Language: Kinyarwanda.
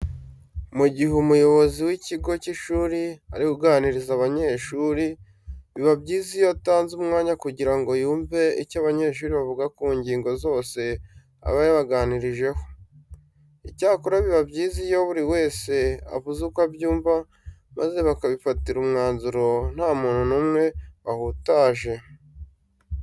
Mu gihe umuyobozi w'ikigo cy'ishuri ari kuganiriza abanyeshuri, biba byiza iyo atanze umwanya kugira ngo yumve icyo abanyeshuri bavuga ku ngingo zose aba yabaganirijeho. Icyakora biba byiza iyo buri wese avuze uko abyumva maze bakabifatira umwanzuro nta muntu n'umwe bahutaje.